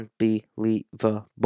unbelievable